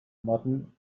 modern